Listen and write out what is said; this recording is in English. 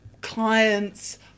clients